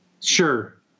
Sure